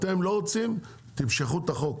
אתם לא רוצים, תמשכו את החוק.